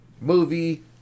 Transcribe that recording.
movie